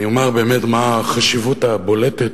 אני אומר באמת מה החשיבות הבולטת,